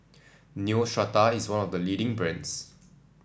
Neostrata is one of the leading brands